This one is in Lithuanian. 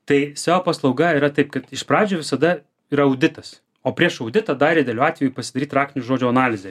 tai seo paslauga yra taip kad iš pradžių visada yra auditas o prieš auditą dar idealiu atveju pasidaryt raktinių žodžių analizę